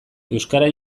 euskara